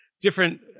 Different